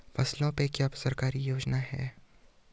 फसलों पे क्या सरकारी योजना है?